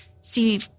see